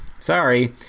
sorry